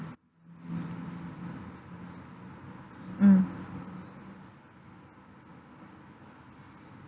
mm